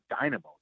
dynamo